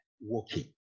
walking